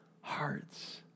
hearts